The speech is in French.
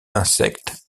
insectes